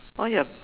all your